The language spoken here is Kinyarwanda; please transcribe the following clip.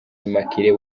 immaculée